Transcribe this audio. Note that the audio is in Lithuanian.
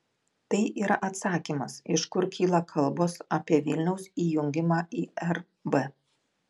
tai yra atsakymas iš kur kyla kalbos apie vilniaus įjungimą į rb